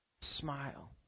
Smile